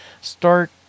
start